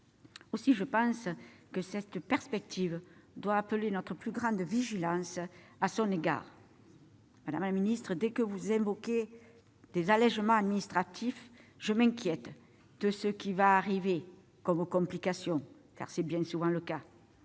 pense donc que cette perspective doit appeler notre plus grande vigilance à son égard. Madame la secrétaire d'État, dès que vous invoquez des allégements administratifs, je m'inquiète de ce qui va arriver comme complication, car tel est bien souvent le cas